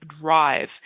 drive